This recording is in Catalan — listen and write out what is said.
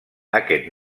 aquest